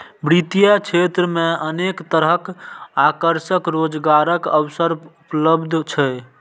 वित्तीय क्षेत्र मे अनेक तरहक आकर्षक रोजगारक अवसर उपलब्ध छै